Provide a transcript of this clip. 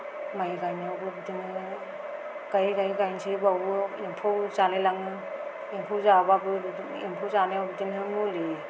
माइ गायनायावबो बिदिनो गायै गायै गायनोसै बेयावबो एम्फौ जालायलाङो एम्फौ जाब्लाबो बिदिनो एम्फौ जानायाव बिदिनो मुलि